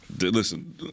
Listen